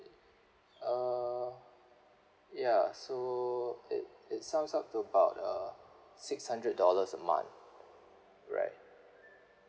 uh ya so it it sums up to about uh six hundred dollars a month right